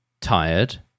tired